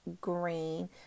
green